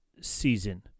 season